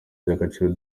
ry’agaciro